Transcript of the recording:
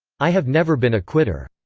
i have never been a quitter.